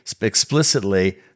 explicitly